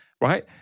right